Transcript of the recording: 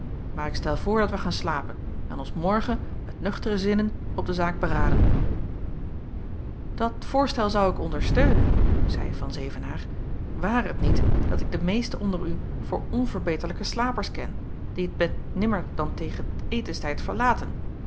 maar ik stel voor dat wij gaan slapen en ons morgen met nuchtere zinnen op de zaak beraden dat voorstel zou ik ondersteunen zeî an evenaer ware het niet dat ik de meesten onder u voor onverbeterlijke slapers ken die t bed nimmer dan tegen etenstijd verlaten